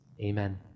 Amen